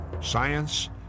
Science